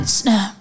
snap